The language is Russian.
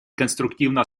конструктивно